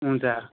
हुन्छ